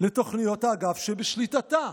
לתוכניות האגף שבשליטתה".